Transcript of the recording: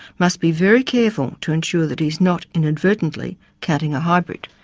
must be very careful to ensure that he is not inadvertently counting a hybrid.